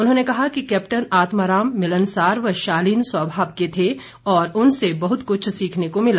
उन्होंने कहा कि कैप्टन आत्माराम मिलनसार व शालीन स्वभाव के थे और उनसे बहुत कुछ सीखने को मिला